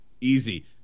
Easy